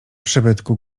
przybytku